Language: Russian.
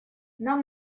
нам